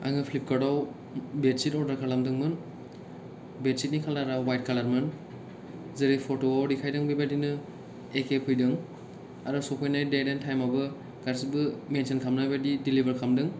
आङो प्लिपकार्टआव bed sheet order खालामदोंमोन बेट चिटनि खालारा वाइट खालारमोन जेरै पट'आव देखायदों बेबादिनो एखे फैदों आरो सफैनाय डेट एण्ड टाइम आबो गासिबो मेनसन खालामनाय बादि डिलिभार खालामदों